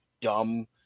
dumb